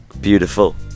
beautiful